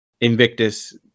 Invictus